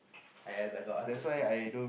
uh ya I got I got ask first